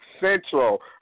Central